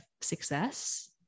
success